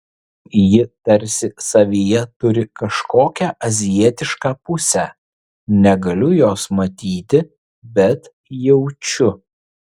ji tarsi savyje turi kažkokią azijietišką pusę negaliu jos matyti bet jaučiu